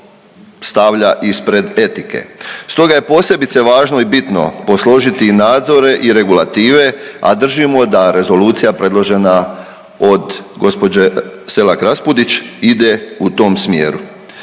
stavlja ispred etike. Stoga je posebice važno i bitno posložiti i nadzore i regulative, a držimo da rezolucija predložena od gospođe Selak-Raspudić ide u tom smjeru.